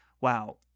wow